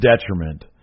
detriment